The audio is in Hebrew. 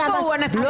איפה הוא הנציג?